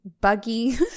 buggy